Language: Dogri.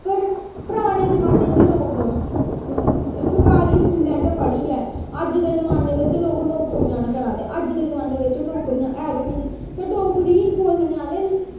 पर पराने जमाने च लोग सरकारी स्कूलें च पढ़ियै अज्ज दे जमाने बिच्च लोग नौकरियां न करा दे अज्ज दे जमाने बिच्च नौकरियां है गै नेईं ते डोगरी बोलने आह्ले